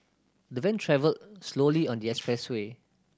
the van travelled slowly on the expressway